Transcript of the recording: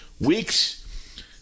weeks